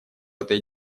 этой